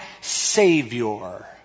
savior